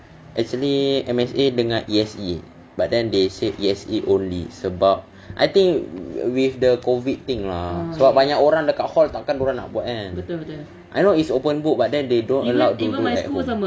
actually M_S_A dengan E_S_E but then they say E_S_E only sebab I think with the COVID thing lah sebab banyak orang dekat hall takkan orang nak buat kan I know it's open book but then they don't allow to do at home